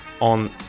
on